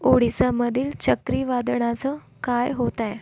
ओडिसामधील चक्रीवादळाचं काय होत आहे